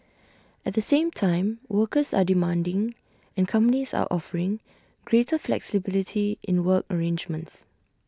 at the same time workers are demanding and companies are offering greater flexibility in work arrangements